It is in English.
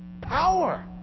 Power